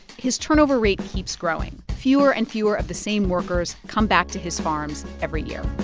his turnover rate keeps growing. fewer and fewer of the same workers come back to his farms every year